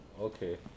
okay